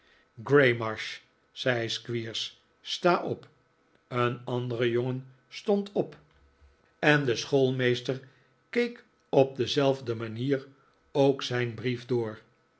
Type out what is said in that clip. zei squeers sta op een andere jongen stond op en de schoolmeester keek op dezelfde manier ook zijn brief door